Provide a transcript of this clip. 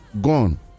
gone